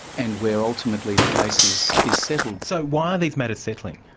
and where ultimately the case is is settled. so why are these matters settling?